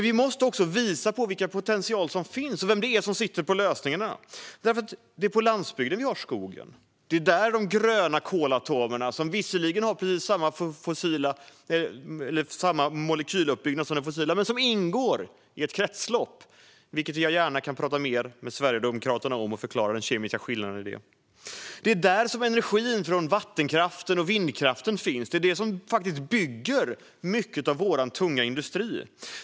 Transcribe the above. Vi måste också visa på vilken potential som finns och vem det är som sitter på lösningarna. Det är på landsbygden vi har skogen. Det är där vi har de gröna kolatomerna, som visserligen har precis samma molekyluppbyggnad som de fossila men som ingår i ett kretslopp, vilket jag gärna kan prata mer med Sverigedemokraterna om för att förklara den kemiska skillnaden. Det är där energin från vattenkraften och vindkraften finns. Det är det som bygger mycket av vår tunga industri.